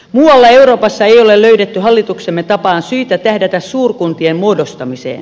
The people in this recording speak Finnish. muualla euroopassa ei ole löydetty hallituksemme tapaan syitä tähdätä suurkuntien muodostamiseen